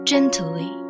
Gently